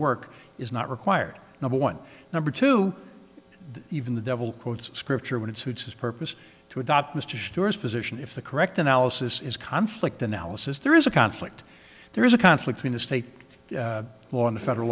work is not required number one number two even the devil quotes scripture when it suits his purpose to adopt mr stores position if the correct analysis is conflict analysis there is a conflict there is a conflict mistake law in the federal